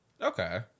okay